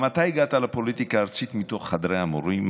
גם אתה הגעת לפוליטיקה הארצית מתוך חדרי המורים,